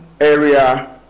area